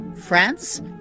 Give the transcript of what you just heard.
France